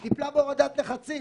בהורדת לחצים.